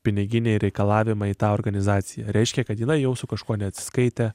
piniginiai reikalavimai į tą organizaciją reiškia kad jinai jau su kažkuo neatsiskaitė